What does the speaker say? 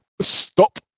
Stop